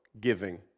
giving